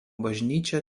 bažnyčia